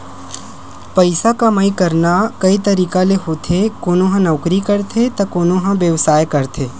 पइसा कमई करना कइ तरिका ले होथे कोनो ह नउकरी करथे त कोनो ह बेवसाय करथे